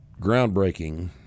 groundbreaking